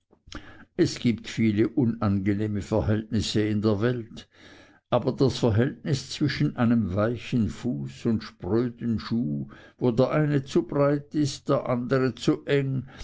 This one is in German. es gibt viele unangenehme verhältnisse in der welt aber das verhältnis zwischen einem weichen fuß und spröden schuh wo der eine zu breit ist der andere zu eng